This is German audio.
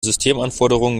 systemanforderungen